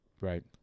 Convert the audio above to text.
Right